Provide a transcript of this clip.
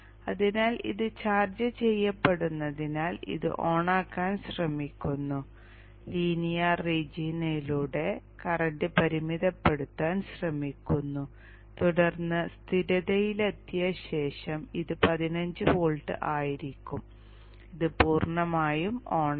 അതിനാൽ ഇത് ചാർജ് ചെയ്യപ്പെടുന്നതിനാൽ ഇത് ഓണാക്കാൻ ശ്രമിക്കുന്നു ലീനിയർ റീജിയനിലൂടെ കറന്റ് പരിമിതപ്പെടുത്താൻ ശ്രമിക്കുന്നു തുടർന്ന് സ്ഥിരതയിലെത്തിയ ശേഷം ഇത് 15 വോൾട്ട് ആയിരിക്കും ഇത് പൂർണ്ണമായും ഓണാകും